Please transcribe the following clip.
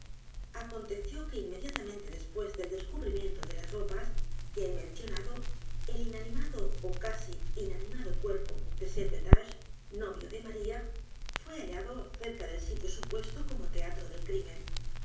aconteció que inmediatamente después del descubrimiento de las ropas que he mencionado el inanimado ó casi inanimado cuerpo de st eustache novio de maría fué hallado cerca del sitio supuesto corno teatro del crimen